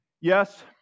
Yes